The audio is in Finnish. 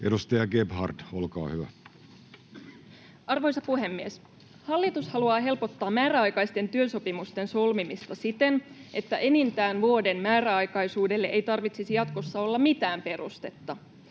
Edustaja Gebhard, olkaa hyvä. Arvoisa puhemies! Hallitus haluaa helpottaa määräaikaisten työsopimusten solmimista siten, että enintään vuoden määräaikaisuudelle ei tarvitsisi jatkossa olla mitään perustetta.